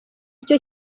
icyo